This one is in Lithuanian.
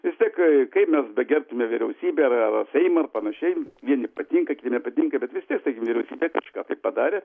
vis tiek kaip mes begerbtume vyriausybę ar ar seimą ar panašiai vieni patinka kiti nepatinka bet vis tiek taigi vyriausybė kažką padarė